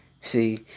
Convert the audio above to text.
See